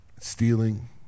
stealing